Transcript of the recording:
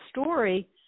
story